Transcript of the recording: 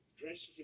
dresses